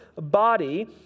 body